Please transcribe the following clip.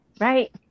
right